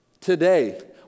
today